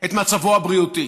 את מצבו הבריאותי.